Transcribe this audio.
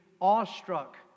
awestruck